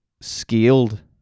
scaled